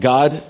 God